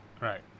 Right